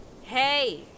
Hey